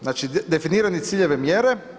Znači definirane ciljeve, mjere.